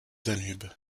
danube